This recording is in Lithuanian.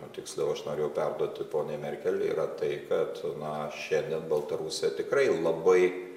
nu tiksliau aš norėjau perduoti poniai merkel yra tai kad na šiandien baltarusija tikrai labai